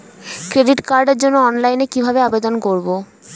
Credit কার্ডের জন্য অনলাইনে কিভাবে আবেদন করব?